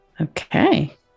Okay